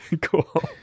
cool